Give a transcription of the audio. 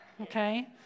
Okay